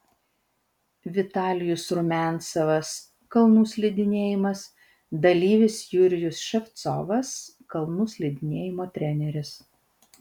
vitalijus rumiancevas kalnų slidinėjimas dalyvis jurijus ševcovas kalnų slidinėjimo treneris